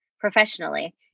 professionally